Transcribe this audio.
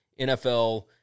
NFL